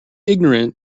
ignorant